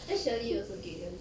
then shirley also galen